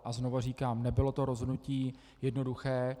A znovu říkám, nebylo to rozhodnutí jednoduché.